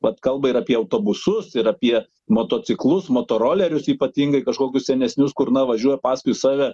vat kalba ir apie autobusus ir apie motociklus motorolerius ypatingai kažkokius senesnius kur na važiuoja paskui save